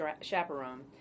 Chaperone